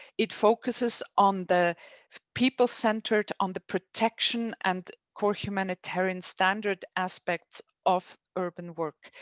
it focuses on the people, centered on the protection and core humanitarian standard aspects of urban work.